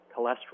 cholesterol